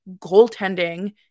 Goaltending